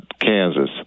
Kansas